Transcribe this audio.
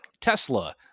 Tesla